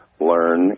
learn